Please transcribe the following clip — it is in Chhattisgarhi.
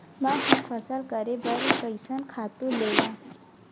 मैं ह फसल करे बर कइसन खातु लेवां?